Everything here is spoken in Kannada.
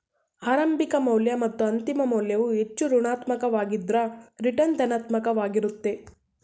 ಆರಂಭಿಕ ಮೌಲ್ಯ ಮತ್ತು ಅಂತಿಮ ಮೌಲ್ಯವು ಹೆಚ್ಚು ಋಣಾತ್ಮಕ ವಾಗಿದ್ದ್ರ ರಿಟರ್ನ್ ಧನಾತ್ಮಕ ವಾಗಿರುತ್ತೆ